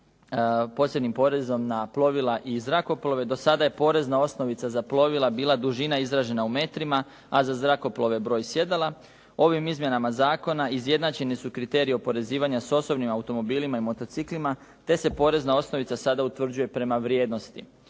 posebnim porezom na plovila i zrakoplove, do sada je porezna osnovica za plovila bila dužina izražena u metrima, a za zrakoplove broj sjedala. Ovim izmjenama zakona izjednačeni su kriteriji oporezivanja s osobnim automobilima i motociklima, te se porezna osnovica sada utvrđuje prema vrijednosti.